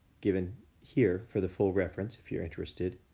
given here for the full reference if you're interested.